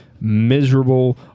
miserable